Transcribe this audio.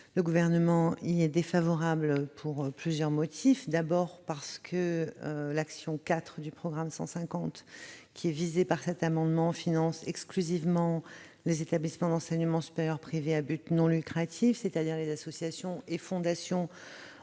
le Gouvernement y est défavorable pour plusieurs motifs. D'abord, l'action n° 04 du programme 150 visé par cet amendement finance exclusivement les établissements d'enseignement supérieur privé à but non lucratif, c'est-à-dire les associations et fondations